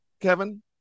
kevin